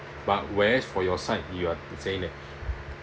but whereas for your side you are saying that